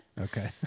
Okay